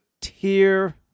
tier